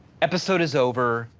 episode is over,